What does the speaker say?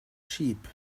sheep